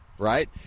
Right